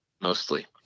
mostly